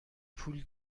پول